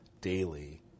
daily